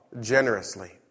generously